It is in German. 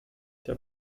der